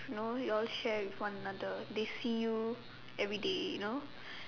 you know your share with one another they see you every day you know